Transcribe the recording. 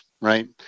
Right